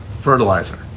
fertilizer